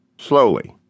Slowly